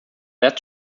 that